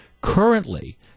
Currently